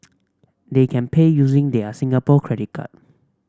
they can pay using their Singapore credit card